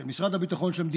של משרד הביטחון,